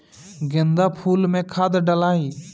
गेंदा फुल मे खाद डालाई?